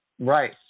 Right